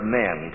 men